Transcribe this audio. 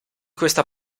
questa